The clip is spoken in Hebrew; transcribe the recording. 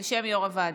בשם יו"ר הוועדה.